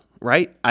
right